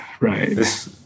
Right